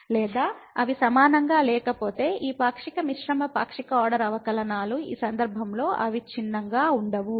లేదా అవి సమానంగా లేకపోతే ఈ పాక్షిక మిశ్రమ పాక్షిక ఆర్డర్ అవకలనాలు ఆ సందర్భంలో అవిచ్ఛిన్నంగా ఉండవు